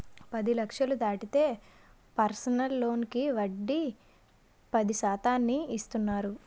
పది లక్షలు దాటితే పర్సనల్ లోనుకి వడ్డీ పది శాతానికి ఇస్తున్నారు